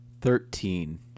Thirteen